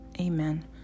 amen